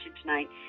tonight